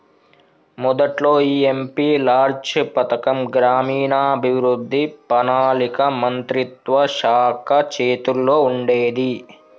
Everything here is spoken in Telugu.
మొదట్లో ఈ ఎంపీ లాడ్జ్ పథకం గ్రామీణాభివృద్ధి పణాళిక మంత్రిత్వ శాఖ చేతుల్లో ఉండేది